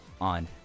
on